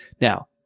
Now